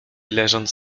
leżąc